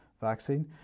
vaccine